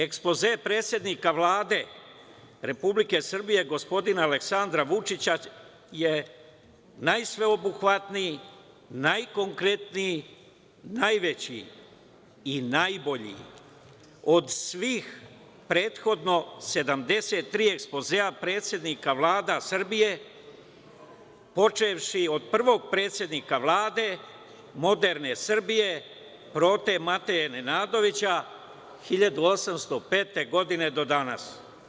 Ekspoze predsednika Vlade Republike Srbije gospodina Aleksandra Vučića je najsveobuhvatniji, najkonkretniji, najveći i najbolji od svih prethodnih 73 ekspozea predsednika vlada Srbije, počevši od prvog predsednika Vlade moderne Srbije Prote Mateje Nenadovića 1805. godine do danas.